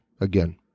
Again